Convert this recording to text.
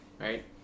right